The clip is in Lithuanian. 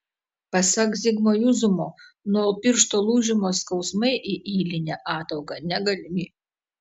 pasak zigmo juzumo nuo piršto lūžimo skausmai į ylinę ataugą negalimi